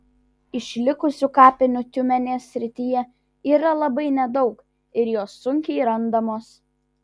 išlikusių kapinių tiumenės srityje yra labai nedaug ir jos sunkiai randamos